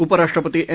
उपराष्ट्रपती एम